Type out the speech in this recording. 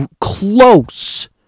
close